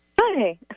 Hi